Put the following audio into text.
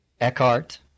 Eckhart